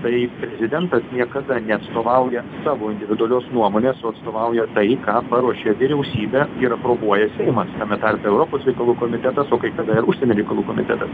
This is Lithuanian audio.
tai prezidentas niekada neatstovauja savo individualios nuomonės o atstovauja tai ką paruošė vyriausybė ir aprobuoja seimas tame tarpe europos reikalų komitetas o kai kada ir užsienio reikalų komitetas